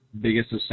biggest